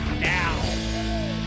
now